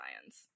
science